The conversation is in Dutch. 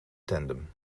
tandem